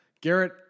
Garrett